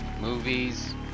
movies